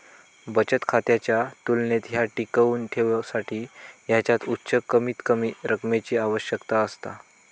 बचत खात्याच्या तुलनेत ह्या टिकवुन ठेवसाठी ह्याच्यात उच्च कमीतकमी रकमेची आवश्यकता असता